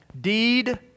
deed